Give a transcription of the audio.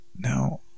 Now